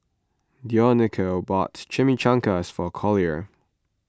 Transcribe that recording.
Dionicio bought Chimichangas for Collier